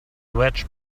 wedge